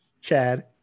Chad